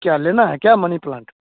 क्या लेना है क्या मनी प्लांट